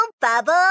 bubble